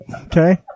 Okay